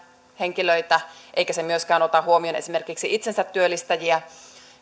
henkilöitä eikä se myöskään ota huomioon esimerkiksi itsensätyöllistäjiä